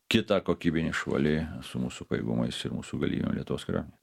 kitą kokybinį šuolį su mūsų pajėgumais ir mūsų galimybėm lietuvos kariuomenė